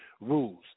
rules